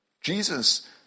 Jesus